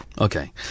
Okay